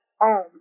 home